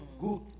good